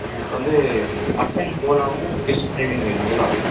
அப்புறம் எனக்கு வந்து மட்டன் கோலாவும் ஃபிஷ் ஃப்ரையும் வேணும் எவ்வளோ ஆகும்